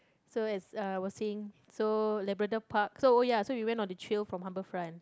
so as I was seeing so Labrador Park so oh ya we went on the trail from Harbourfront